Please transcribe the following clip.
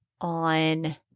on